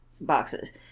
boxes